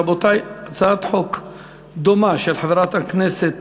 רבותי, הצעת חוק דומה, של חברת הכנסת